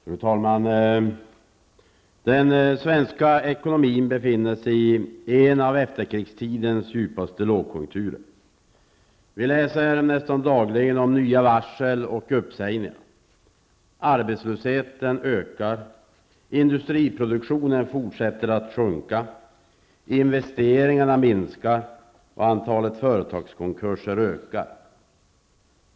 Fru talman! Den svenska ekonomin befinner sig i en av efterkrigstidens djupaste långkonjunkturer. Vi läser nästan dagligen om nya varsel och uppsägningar. Arbetslösheten ökar. Industriproduktionen fortsätter att sjunka. Investeringarna minskar och antalet företagskonkurser ökar.